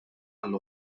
għall